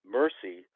mercy